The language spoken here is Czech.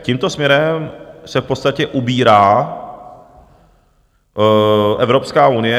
Tímto směrem se v podstatě ubírá Evropská unie.